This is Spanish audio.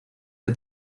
que